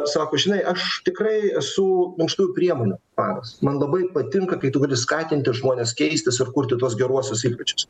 sako žinai aš tikrai esu minkštųjų priemonių fanas man labai patinka kai tu gali skatinti žmones keistis ir kurti tuos geruosius įpročius